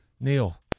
Neil